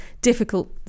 difficult